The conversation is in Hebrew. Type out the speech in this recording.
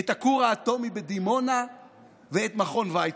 את הכור האטומי בדימונה ואת מכון ויצמן.